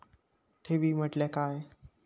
ठेवी म्हटल्या काय?